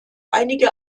einige